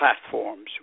platforms